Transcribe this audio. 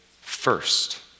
first